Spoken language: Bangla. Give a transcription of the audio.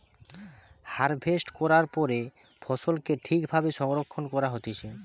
হারভেস্ট করার পরে ফসলকে ঠিক ভাবে সংরক্ষণ করা হতিছে